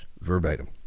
verbatim